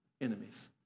enemies